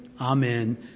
Amen